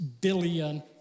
billion